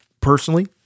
personally